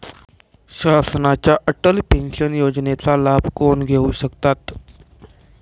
शासनाच्या अटल पेन्शन योजनेचा लाभ कोण घेऊ शकतात?